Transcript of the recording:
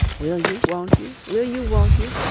will you, won't you, will you, won't you,